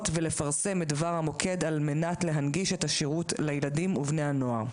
ולפרסם את דבר המוקד על מנת להנגיש את השירות לילדים ובני הנוער.